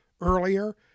earlier